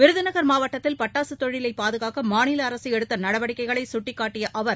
விருதுநகர் மாவட்டத்தில் பட்டாசு தொழிலை பாதுகாக்க மாநில அரசு எடுத்த நடவடிக்கைகளை சுட்டிக்காட்டிய அவர்